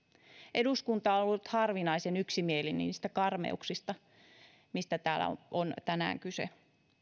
eduskunta on ollut harvinaisen yksimielinen niistä karmeuksista mistä täällä on tänään kyse